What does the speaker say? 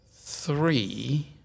Three